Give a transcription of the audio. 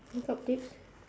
makeup tips